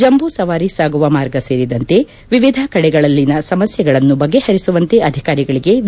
ಜಂಬು ಸವಾರಿ ಸಾಗುವ ಮಾರ್ಗ ಸೇರಿದಂತೆ ವಿವಿಧ ಕಡೆಗಳಲ್ಲಿನ ಸಮಸ್ಥೆಗಳನ್ನು ಬಗೆಪರಿಸುವಂತೆ ಅಧಿಕಾರಿಗಳಿಗೆ ವಿ